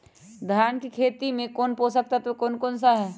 धान की खेती में पोषक तत्व कौन कौन सा है?